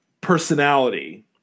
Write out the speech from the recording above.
personality